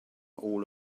all